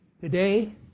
today